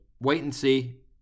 wait-and-see